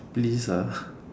please